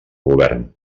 govern